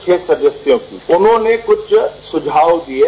छह सदस्यों की उन्होंने कुछ सुझाव दिये